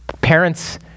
parents